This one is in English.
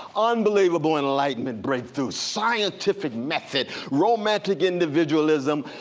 unbelievable enlightenment, breakthrough scientific method, romantic individualism,